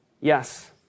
Yes